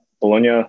Bologna